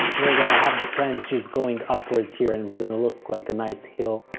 we're gonna have the plants just going upwards here and it's gonna look like a nice hill.